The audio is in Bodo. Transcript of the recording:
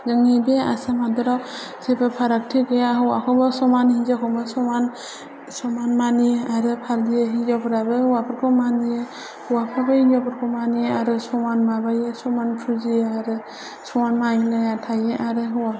जोंनि बे आसाम हादोराव जेबो फारागथि गैया हौवाखौबो समान हिन्जावखौबो समान मानियो आरो फालियो हिन्जावफ्राबो हौवाफोरखौ मानियो हौवाफ्राबो हिन्जावफोरखौ मानियो आरो समान फुजियो आरो समान मानिलायना थायो आरो